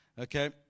okay